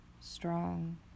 strong